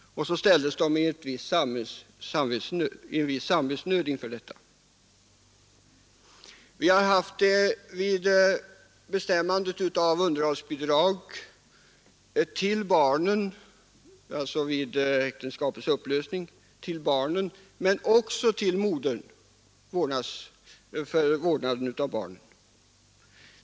Så kom de i en viss samvetsnöd. Vi har haft problemet vid bestämmande av underhållsbidrag till barnen vid upplösningen av ett äktenskap, men också vid bestämmande av underhållsbidrag till modern för omvårdnaden av barnen.